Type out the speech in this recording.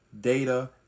data